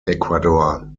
ecuador